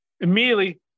Immediately